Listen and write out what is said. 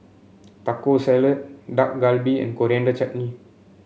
Taco Salad Dak Galbi and Coriander Chutney